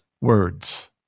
words